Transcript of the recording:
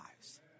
lives